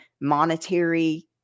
monetary